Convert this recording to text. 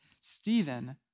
Stephen